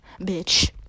bitch